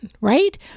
right